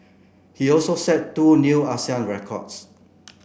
he also set two new Asian records